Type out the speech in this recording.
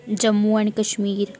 Jammu and Kashmir